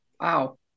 Wow